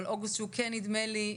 על אוגוסט שהוא כן נדמה לי,